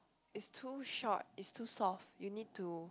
it's too short it's too soft you need to